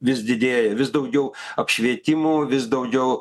vis didėja vis daugiau apšvietimų vis daugiau